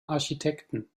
architekten